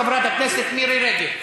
חברת הכנסת מירי רגב.